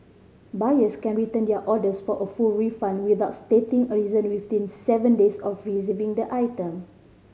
buyers can return their orders for a full refund without stating a reason within seven days of receiving the item